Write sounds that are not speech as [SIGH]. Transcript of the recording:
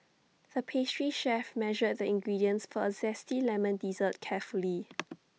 the pastry chef measured the ingredients for A Zesty Lemon Dessert carefully [NOISE]